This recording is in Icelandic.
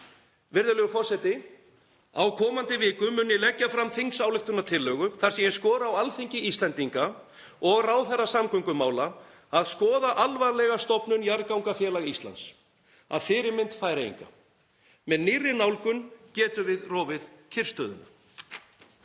Virðulegur forseti. Á komandi vikum mun ég leggja fram þingsályktunartillögu þar sem ég skora á Alþingi Íslendinga og ráðherra samgöngumála að skoða alvarlega stofnun jarðgangafélags Íslands að fyrirmynd Færeyinga. Með nýrri nálgun getum við rofið kyrrstöðuna.